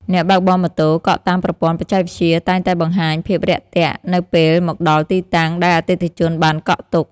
អ្នកបើកបរម៉ូតូកក់តាមប្រព័ន្ធបច្ចេកវិទ្យាតែងតែបង្ហាញភាពរាក់ទាក់ នៅពេលមកដល់ទីតាំងដែលអតិថិជនបានកក់ទុក។